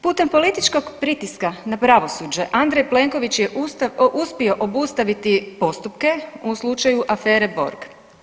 Putem političkog pritiska na pravosuđe, Andrej Plenković je Ustav, uspio obustaviti postupke u slučaju Afere Borg.